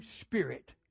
spirit